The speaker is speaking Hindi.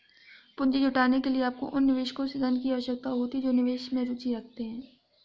पूंजी जुटाने के लिए, आपको उन निवेशकों से धन की आवश्यकता होती है जो निवेश में रुचि रखते हैं